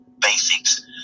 basics